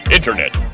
Internet